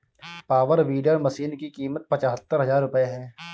power weeder machine की कीमत पचहत्तर हजार रूपये है